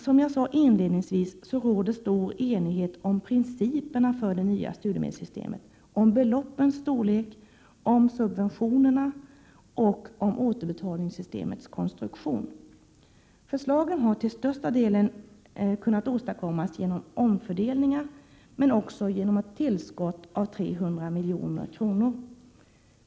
Som jag inledningsvis sade råder stor enighet om principerna för det nya studiemedelssystemet, om beloppens storlek, om subventionerna och om återbetalningssystemets konstruktion. Förslagen har till största delen kunnat åstadkommas genom omfördelningar, men också genom ett tillskott av 300 milj.kr.